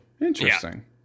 Interesting